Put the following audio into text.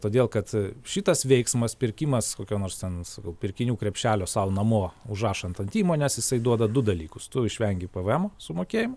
todėl kad šitas veiksmas pirkimas kokio nors ten sakau pirkinių krepšelio sau namo užrašant ant įmonės jisai duoda du dalykus tu išvengi pvemo sumokėjimo